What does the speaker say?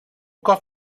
cop